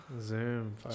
Zoom